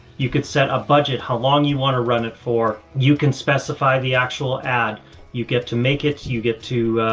you could set a budget, how long you wanna run it for. you can specify the actual ad you get to make it, you get to,